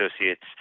associates